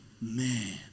man